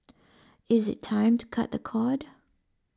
is it time to cut the cord